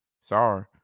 sorry